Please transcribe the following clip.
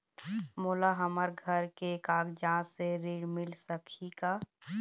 मोला हमर घर के कागजात से ऋण मिल सकही का?